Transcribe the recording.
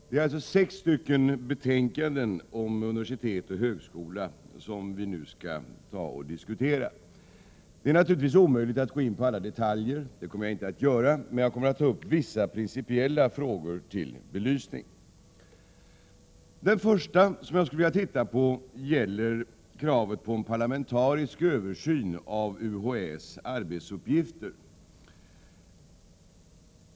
nu diskutera sex betänkanden om universitet och högskolor. Det är naturligtvis omöjligt att gå in på alla detaljer, vilket jag inte heller kommer att göra, men jag kommer att ta upp vissa principiella frågor till belysning. Den första fråga som jag skall ta upp gäller kravet på en parlamentarisk översyn av UHÄ:s arbetsuppgifter.